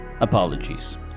apologies